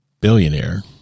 billionaire